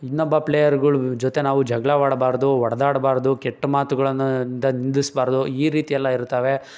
ಇನ್ನೊಬ್ಬ ಪ್ಲೇಯರ್ಗಳ ಜೊತೆ ನಾವು ಜಗಳವಾಡ್ಬಾರ್ದು ಹೊಡ್ದಾಡ್ಬಾರ್ದು ಕೆಟ್ಟ ಮಾತುಗಳನ್ನು ದ ನಿಂದಿಸ್ಬಾರ್ದು ಈ ರೀತಿ ಎಲ್ಲ ಇರ್ತವೆ